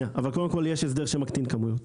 יש הסדר שמקטין כמויות.